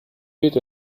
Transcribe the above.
wird